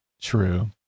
true